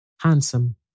handsome